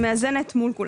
היא מאזנת מול כולם.